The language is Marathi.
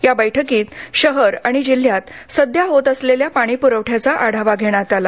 या बैठकीत शहर आणि जिल्ह्यात सध्या होत असलेल्या पाणीपूरवठ्याचा आढावा घेण्यात आला